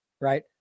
right